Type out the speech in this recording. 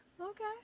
Okay